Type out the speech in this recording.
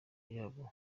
yabo